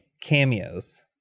cameos